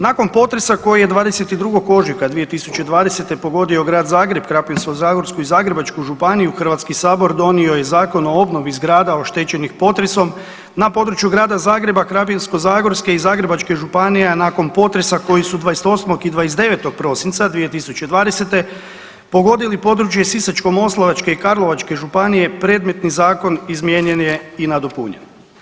Nakon potresa koji je 22. ožujka 2020. pogodio Grad Zagreb, Krapinsko-zagorsku i Zagrebačku županiju, HS donio je Zakon o obnovi zgrada oštećenih potresom, na području Grada Zagreba, Krapinsko-zagorske i Zagrebačke županije, a nakon potresa koji su 28. i 29. prosinca 2020. pogodili područje Sisačko-moslavačke i Karlovačke županije, predmetni zakon izmijenjen je i nadopunjen.